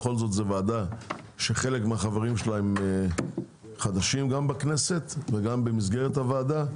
בכל זאת זו ועדה שחלק מחבריה חדשים גם בכנסת וגם במסגרת הוועדה.